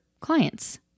clients